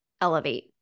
elevate